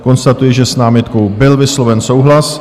Konstatuji, že s námitkou byl vysloven souhlas.